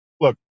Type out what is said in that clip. look